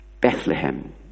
Bethlehem